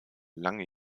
lange